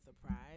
surprise